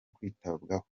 kwitabwaho